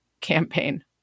campaign